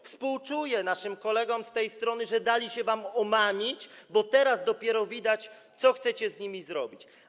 Współczuję naszym kolegom z tej strony, że dali się wam omamić, bo teraz dopiero widać, co chcecie z nimi zrobić.